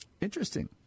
Interesting